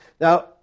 Now